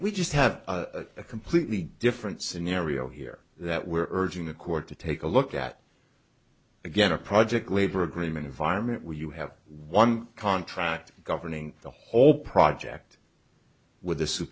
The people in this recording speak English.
we just have a completely different scenario here that we're urging the court to take a look at again a project labor agreement environment where you have one contract governing the whole project with the sup